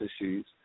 issues